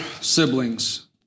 siblings